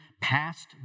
passed